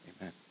amen